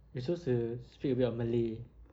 we're supposed to speak a bit of malay